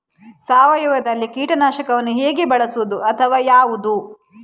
ಸಾವಯವದಲ್ಲಿ ಕೀಟನಾಶಕವನ್ನು ಹೇಗೆ ಬಳಸುವುದು ಅಥವಾ ಯಾವುದು?